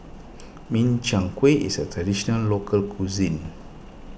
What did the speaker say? Min Chiang Kueh is a Traditional Local Cuisine